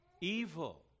evil